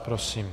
Prosím.